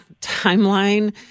timeline